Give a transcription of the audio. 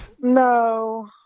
No